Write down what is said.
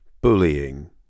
bullying